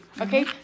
Okay